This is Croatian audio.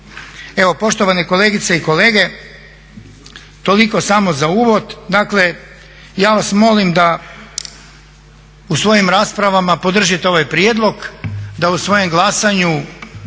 Evo poštovane kolegice i kolege toliko samo za uvod. Dakle ja vas molim da u svojim raspravama podržite ovaj prijedlog, da u svojem glasanju